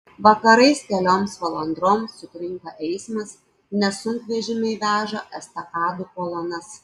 vakarais kelioms valandoms sutrinka eismas nes sunkvežimiai veža estakadų kolonas